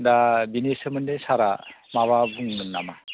दा बिनि सोमोन्दै सारा माबा बुङोमोन नामा